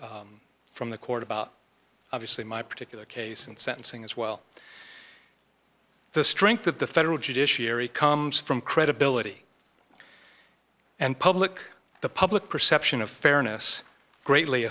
questions from the court about obviously my particular case and sentencing as well the strength of the federal judiciary comes from credibility and public the public perception of fairness greatly